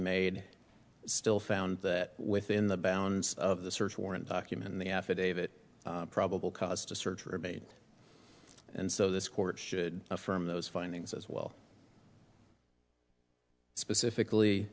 made still found that within the bounds of the search warrant documenting the affidavit of probable cause to search for abate and so this court should affirm those findings as well specifically